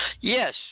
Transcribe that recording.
Yes